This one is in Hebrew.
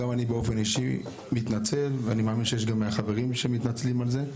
גם אני באופן אישי מתנצל ואני מאמין שיש גם מהחברים שמתנצלים על זה,